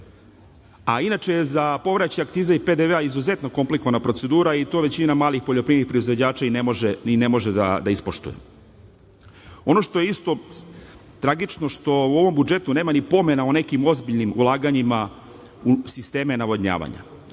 u Srbiji? Inače, za akcize i PDV je izuzetno komplikovana procedura i to većina malih poljoprivrednih proizvođača i ne može da ispoštuje. Ono što je isto tragično što u ovom budžetu nema ni pomena o nekim ozbiljnim ulaganjima u sisteme navodnjavanja.